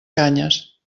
canyes